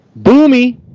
Boomy